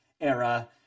era